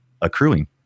accruing